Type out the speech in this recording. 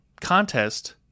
contest